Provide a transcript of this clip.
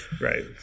right